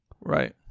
Right